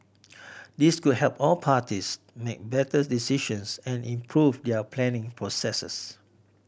this could help all parties make better decisions and improve their planning processes